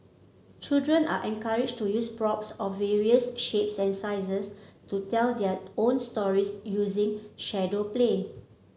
children are encouraged to use props of various shapes and sizes to tell their own stories using shadow play